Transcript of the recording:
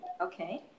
okay